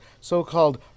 so-called